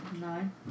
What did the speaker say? nine